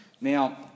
Now